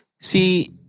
See